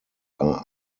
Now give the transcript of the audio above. are